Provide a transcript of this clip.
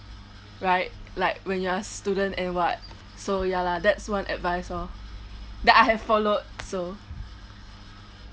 right like when you are student and what so ya lah that's one advice lor that I have followed so